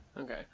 Okay